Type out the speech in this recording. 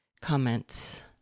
comments